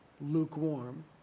lukewarm